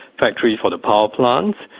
factories for the power plants,